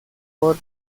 por